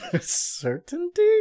Certainty